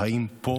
חיים פה,